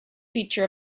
feature